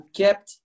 kept